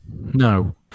No